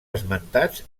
esmentats